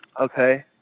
Okay